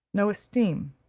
no esteem.